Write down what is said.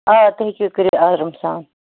آ تُہۍ ہیٚکِو یہِ کٔرِتھ آرام سان